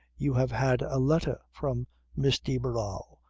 you have had a letter from miss de barral.